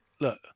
Look